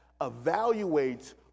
evaluates